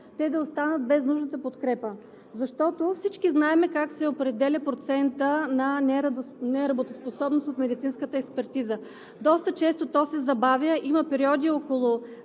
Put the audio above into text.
те да останат без нужната подкрепа, защото всички знаем как се определя процентът на неработоспособност от медицинската експертиза. Доста често тя се забавя. Има периоди около